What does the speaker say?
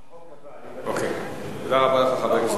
בחוק הבא.